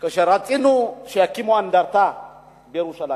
כשרצינו שיקימו אנדרטה בירושלים,